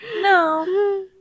no